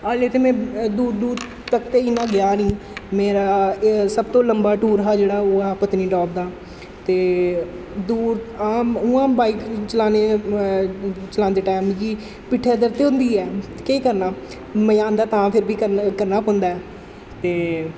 हां लेकिन में दूर दूर तक ते इन्ना गेआ निं मेरा एह् सब तों लम्बा टूर हा जेह्ड़ा ओह् हा पत्नीटाप दा ते दूर हां उ'आं बाइक चलाने चलांदे टाइम मिगी पिट्ठै गी दर्द ते होंदी ऐ केह् करना मजा औंदा तां फिर बी करना करना पौंदा ऐ ते